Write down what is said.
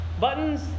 buttons